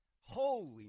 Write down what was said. Holy